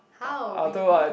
how really